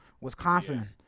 Wisconsin